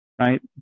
right